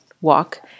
walk